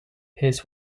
his